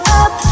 up